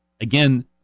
Again